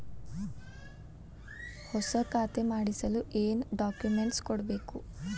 ಹೊಸ ಖಾತೆ ಮಾಡಿಸಲು ಏನು ಡಾಕುಮೆಂಟ್ಸ್ ಕೊಡಬೇಕು?